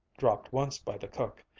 dropped once by the cook,